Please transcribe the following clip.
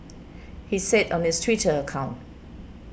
he said on his Twitter account